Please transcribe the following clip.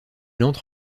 entre